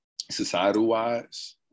societal-wise